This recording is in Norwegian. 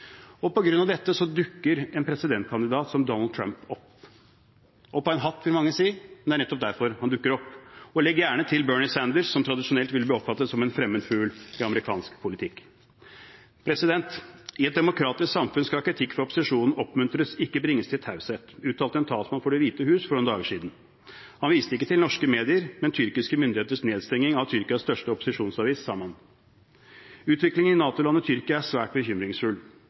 dukker en presidentkandidat som Donald Trump opp – opp av en hatt, vil mange si, men det er nettopp derfor han dukker opp. Legg gjerne til Bernie Sanders, som tradisjonelt vil bli oppfattet som en fremmed fugl i amerikansk politikk. I et demokratisk samfunn skal kritikk fra opposisjonen oppmuntres, ikke bringes til taushet, uttalte en talsmann for Det hvite hus for noen dager siden. Han viste ikke til norske medier, men til tyrkiske myndigheters nedstenging av Tyrkias største opposisjonsavis, Zaman. Utviklingen i NATO-landet Tyrkia er svært bekymringsfull.